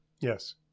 Yes